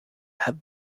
have